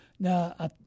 Now